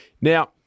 Now